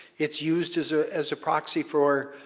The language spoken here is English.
it's used as ah as a proxy for